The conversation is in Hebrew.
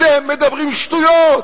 אתם מדברים שטויות,